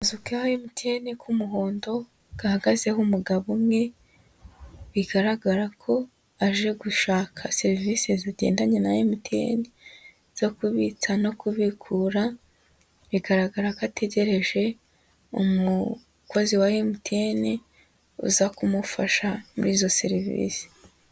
Akazu ka MTN k' umuhondo gahagazeho umugabo umwe, bigaragara ko aje gushaka serivisi zigendanye na MTN zo kubitsa no kubikura, bigaragara ko ategereje umukozi wa MTN uza kumufasha muri izo serivisi.